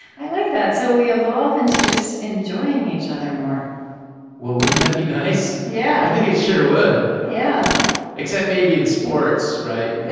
i like that. so we evolve into just enjoying each other more well, wouldn't that be nice? i yeah think it sure would yeah except maybe in sports, right?